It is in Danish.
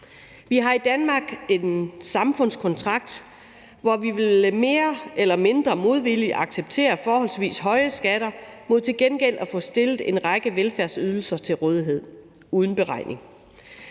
Vi har i Danmark en samfundskontrakt, hvor vi vel mere eller mindre modvilligt accepterer forholdsvis høje skatter mod til gengæld at få stillet en række velfærdsydelser til rådighed uden beregning.